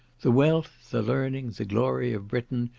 the wealth, the learning, the glory of britain,